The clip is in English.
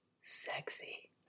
sexy